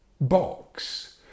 box